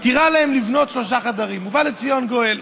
מתירה להם לבנות שלושה חדרים ובא לציון גואל.